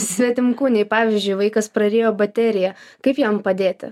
svetimkūniai pavyzdžiui vaikas prarijo bateriją kaip jam padėti